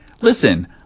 listen